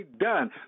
done